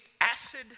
acid